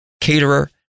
caterer